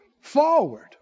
Forward